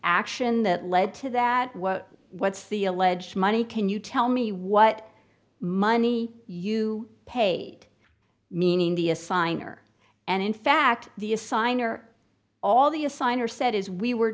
action that led to that what what's the alleged money can you tell me what money you paid meaning the assigner and in fact the assigner all the assigner said as we were